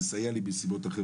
אתה אומר